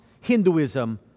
Hinduism